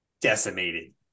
decimated